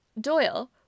Doyle